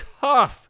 tough